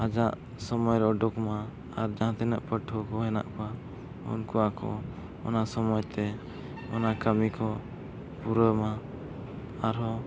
ᱟᱡᱟᱜ ᱥᱚᱢᱚᱭ ᱨᱮᱭ ᱩᱰᱩᱠ ᱢᱟ ᱟᱨ ᱡᱟᱦᱟᱸ ᱛᱤᱱᱟᱹᱜ ᱯᱟᱹᱴᱷᱣᱟᱹ ᱠᱚ ᱦᱮᱱᱟᱜ ᱠᱚᱣᱟ ᱩᱱᱠᱩ ᱟᱠᱚ ᱚᱱᱟ ᱥᱚᱢᱚᱭ ᱛᱮ ᱚᱱᱟ ᱠᱟᱹᱢᱤ ᱠᱚ ᱯᱩᱨᱟᱹᱣ ᱢᱟ ᱟᱨᱦᱚᱸ